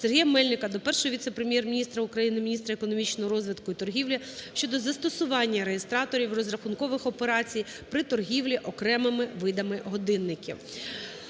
Сергія Мельника до Першого віце-прем'єр-міністра України – міністра економічного розвитку і торгівлі щодо застосування реєстраторів розрахункових операцій при торгівлі окремими видами годинників.